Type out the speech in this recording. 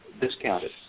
discounted